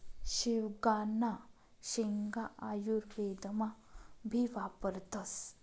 शेवगांना शेंगा आयुर्वेदमा भी वापरतस